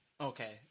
Okay